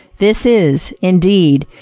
this is, indeed,